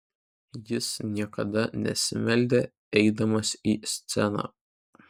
jis niekada nesimeldė eidamas į sceną